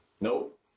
Nope